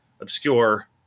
obscure